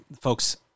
folks